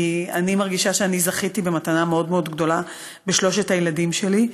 כי אני מרגישה שאני זכיתי במתנה מאוד מאוד גדולה בשלושת הילדים שלי,